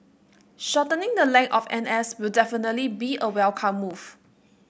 shortening the length of N S will definitely be a welcome move